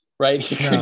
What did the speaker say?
Right